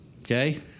Okay